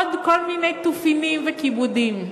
עוד כל מיני תופינים וכיבודים.